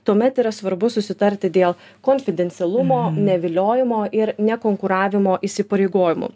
tuomet yra svarbu susitarti dėl konfidencialumo neviliojimo ir nekonkuravimo įsipareigojimų